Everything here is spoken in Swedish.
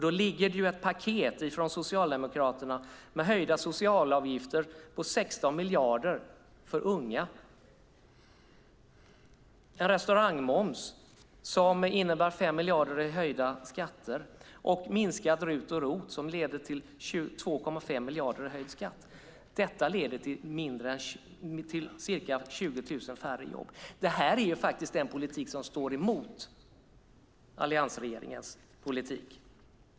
Det ligger ett paket från Socialdemokraterna med höjda socialavgifter på 16 miljarder för unga, en restaurangmoms som innebär 5 miljarder i höjda skatter och minskad RUT och ROT som leder till 2,5 miljarder i höjd skatt. Detta leder till ca 20 000 färre jobb. Det här är den politik som står emot alliansregeringens politik.